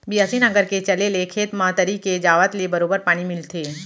बियासी नांगर के चले ले खेत म तरी के जावत ले बरोबर पानी मिलथे